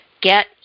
get